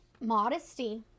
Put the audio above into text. modesty